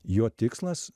jo tikslas